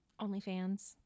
OnlyFans